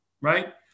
right